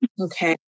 Okay